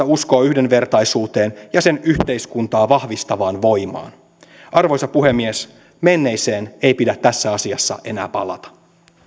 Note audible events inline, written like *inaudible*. *unintelligible* uskoo yhdenvertaisuuteen ja sen yhteiskuntaa vahvistavaan voimaan arvoisa puhemies menneeseen ei pidä tässä asiassa enää palata